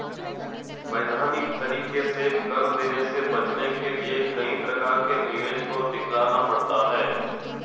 वैधानिक तरीके से कर देने से बचने के लिए कई प्रकार के निवेश को दिखलाना पड़ता है